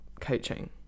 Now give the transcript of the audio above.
coaching